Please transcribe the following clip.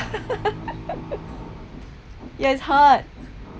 yeah it's hard